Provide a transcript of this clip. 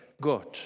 God